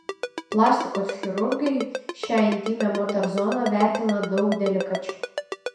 plastikos chirurgai šią intymią moters zoną vertina daug delikačiau